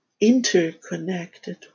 interconnected